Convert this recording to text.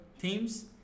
teams